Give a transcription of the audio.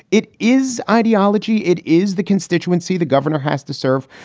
it is ideology. it is the constituency the governor has to serve.